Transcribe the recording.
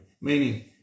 Meaning